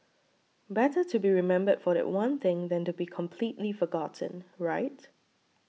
better to be remembered for that one thing than to be completely forgotten right